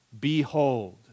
Behold